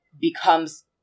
becomes